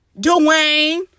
Dwayne